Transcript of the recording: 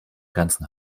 grenzen